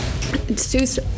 Seuss